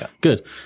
good